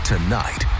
Tonight